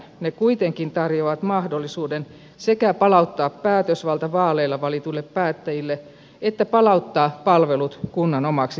ne kuitenkin tarjoavat mahdollisuuden sekä palauttaa päätösvalta vaaleilla valituille päättäjille että palauttaa palvelut kunnan omaksi työksi